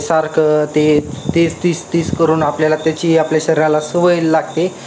सारखं ते तेच तीस तीस करून आपल्याला त्याची आपल्या शरीराला सवय लागते